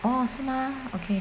哦是吗 okay